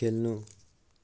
खेल्नु